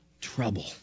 trouble